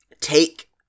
take